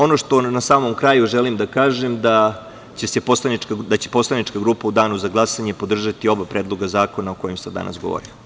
Ono što na samom kraju želim da kažem jeste da će poslanička grupa u danu za glasanje podržati oba predloga zakona o kojima sam danas govorio.